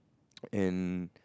and